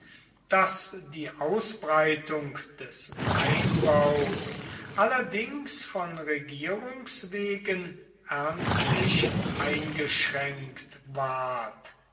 daß die ausbreitung des weinbaus allerdings von regierungs wegen ernstlich eingeschränkt ward